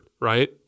right